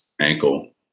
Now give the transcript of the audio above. ankle